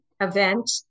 event